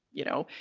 you know,